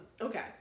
okay